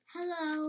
Hello